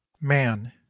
Man